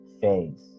face